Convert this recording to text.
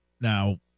Now